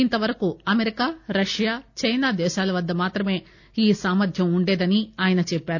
ఇంతవరకు America Russia China దేశాల వద్ద మాత్రమే ఈ సామర్థ్యం వుండేదని ఆయన చెప్పారు